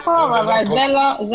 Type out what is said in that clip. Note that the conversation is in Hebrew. משרד המשפטים --- יעקב, אבל זה לא אחריות.